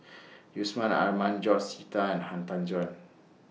Yusman Aman George Sita and Han Tan Juan